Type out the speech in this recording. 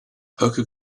hooker